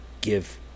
give